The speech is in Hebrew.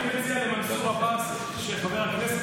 חבר הכנסת